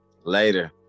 later